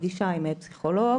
פגישה עם פסיכולוג,